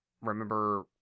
remember